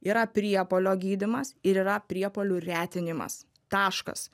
yra priepuolio gydymas ir yra priepuolių retinimas taškas